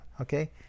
okay